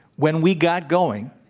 when we got going,